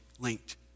linked